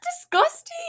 disgusting